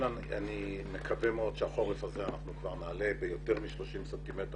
לכן אני מקווה מאוד שהחורף הזה אנחנו כבר נעלה ביותר מ-30 סנטימטרים,